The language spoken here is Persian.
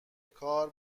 کار